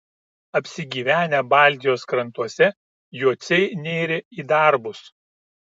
apsigyvenę baltijos krantuose jociai nėrė į darbus